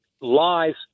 lies